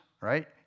right